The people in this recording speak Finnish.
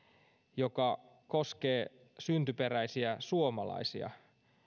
joka koskee syntyperäisiä suomalaisia